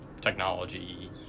technology